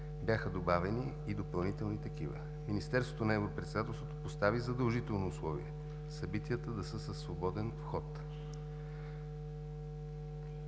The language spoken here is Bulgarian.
бяха добавени и допълнителни такива. Министерството на Европредседателството постави задължително условие събитията да са със свободен вход.